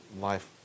Life